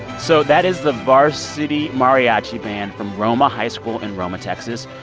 so that is the varsity mariachi band from roma high school in roma, texas.